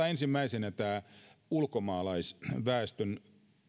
ensimmäisenä tämä ulkomaalaisväestön